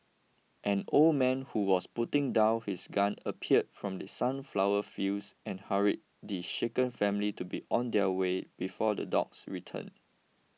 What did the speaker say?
an old man who was putting down his gun appeared from the sunflower fields and hurried the shaken family to be on their way before the dogs return